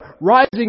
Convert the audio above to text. rising